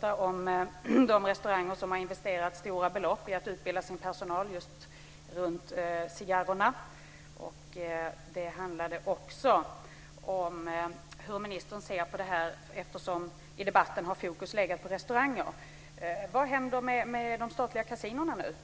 det om de restauranger som har investerat stora belopp för att utbilda sin personal kring cigarrerna. Sedan handlade det om hur ministern ser på detta. I debatten har fokus satts på restaurangerna. Vad händer med de statliga kasinona?